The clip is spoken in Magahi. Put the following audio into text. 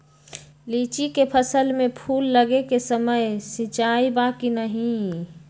लीची के फसल में फूल लगे के समय सिंचाई बा कि नही?